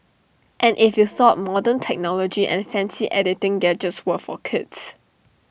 and if you thought modern technology and fancy editing gadgets were for kids